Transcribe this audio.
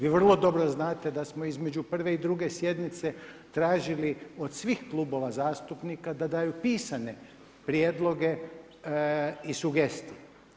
Vi vrlo dobro znate da smo između prve i druge sjednice tražili od svih klubova zastupnika da daju pisane prijedloge i sugestije.